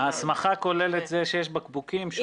ההסמכה כוללת את זה שיש בקבוקים שונים.